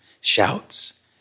shouts